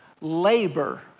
labor